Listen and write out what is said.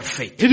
faith